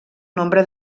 nombre